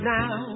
now